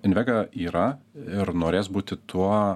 invega yra ir norės būti tuo